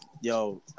Yo